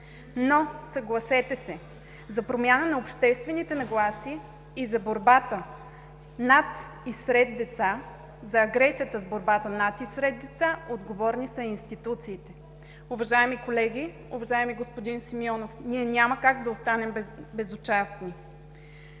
Но съгласете се за промяна на обществените нагласи и за борбата с агресията „над“ и „сред“ деца отговорни са и институциите. Уважаеми колеги, уважаеми господин Симеонов, ние няма как да останем безучастни.